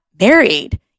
married